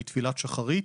מתפילת שחרית,